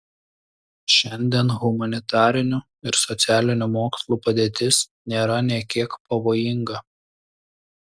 šiandien humanitarinių ir socialinių mokslų padėtis nėra nė kiek pavojinga